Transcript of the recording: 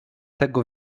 tego